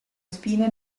spine